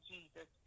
Jesus